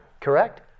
correct